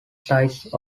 size